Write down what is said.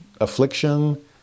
affliction